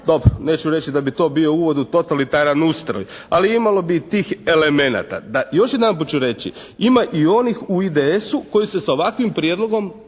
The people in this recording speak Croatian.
… Neću reći da bi to bio uvod u totalitaran ustroj, ali imalo bi i tih elemenata. Da, još jedanput ću reći ima i onih u IDS-u koji se s ovakvim prijedlogom